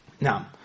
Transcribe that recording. Now